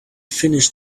finish